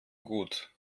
gut